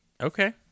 okay